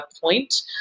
point